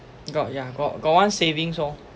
got yeah got got one savings lor